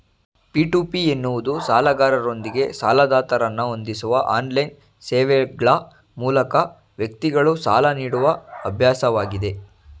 P to P ಎನ್ನುವುದು ಸಾಲಗಾರರೊಂದಿಗೆ ಸಾಲದಾತರನ್ನ ಹೊಂದಿಸುವ ಆನ್ಲೈನ್ ಸೇವೆಗ್ಳ ಮೂಲಕ ವ್ಯಕ್ತಿಗಳು ಸಾಲ ನೀಡುವ ಅಭ್ಯಾಸವಾಗಿದೆ